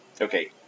Okay